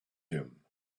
him